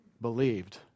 believed